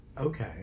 okay